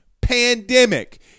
pandemic